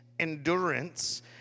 endurance